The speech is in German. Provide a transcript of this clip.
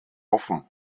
offen